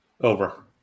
Over